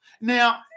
Now